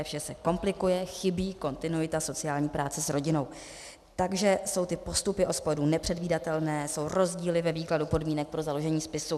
Vše se komplikuje, chybí kontinuita sociální práce s rodinou, takže jsou ty postupy OSPODu nepředvídatelné, jsou rozdíly ve výkladu podmínek pro založení spisu.